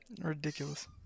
Ridiculous